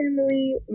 family